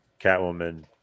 Catwoman